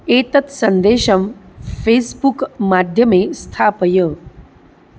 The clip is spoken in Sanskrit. एतत् सन्देशं फ़ेस्बुक् माध्यमे स्थापय